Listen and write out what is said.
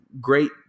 great